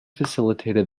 facilitated